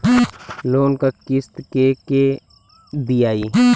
Loan क किस्त के के दियाई?